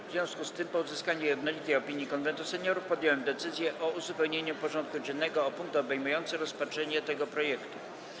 W związku z tym, po uzyskaniu jednolitej opinii Konwentu Seniorów, podjąłem decyzję o uzupełnieniu porządku dziennego o punkt obejmujący rozpatrzenie tego projektu.